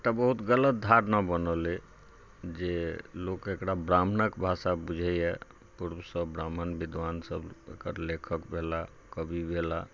एकटा बहुत गलत धारणा बनल अय जे लोक एकरा ब्राह्मणक भाषा बुझैया पूर्वसँ ब्राह्मण विद्वान सब एकर लेखक भेला कवि भेला